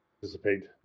participate